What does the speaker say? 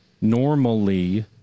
normally